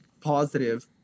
positive